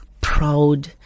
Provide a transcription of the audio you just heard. proud